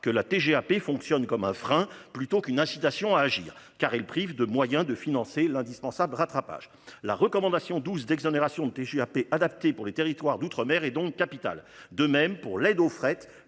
que la TGAP fonctionne comme un frein plutôt qu'une incitation à agir car il prive de moyens de financer l'indispensable rattrapage la recommandation 12 d'exonérations TGAP adaptée pour les territoires d'outre- mer est donc capital de même pour l'aide au fret